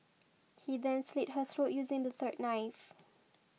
he then slit her throat using the third knife